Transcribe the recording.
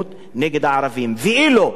ואילו חצי דבר,